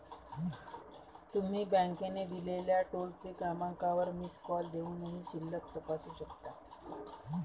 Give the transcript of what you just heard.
तुम्ही बँकेने दिलेल्या टोल फ्री क्रमांकावर मिस कॉल देऊनही शिल्लक तपासू शकता